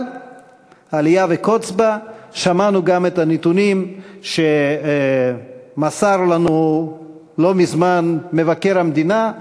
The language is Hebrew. אבל אליה וקוץ בה: שמענו גם את הנתונים שמסר לנו לא מזמן מבקר המדינה,